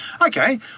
okay